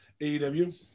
AEW